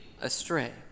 astray